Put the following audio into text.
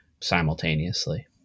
simultaneously